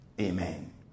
Amen